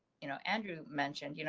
you know, andrew mentioned, you